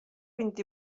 vint